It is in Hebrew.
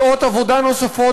שעות עבודה נוספות,